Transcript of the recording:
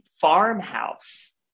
farmhouse